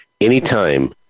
Anytime